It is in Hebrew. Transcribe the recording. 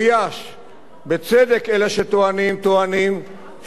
אלה שטוענים טוענים שאם היינו פותחים היום שני גדודים,